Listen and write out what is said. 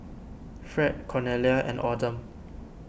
Fred Cornelia and Autumn